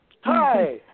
Hi